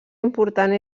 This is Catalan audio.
important